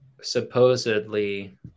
supposedly